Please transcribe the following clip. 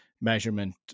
measurement